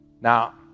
Now